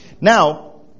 Now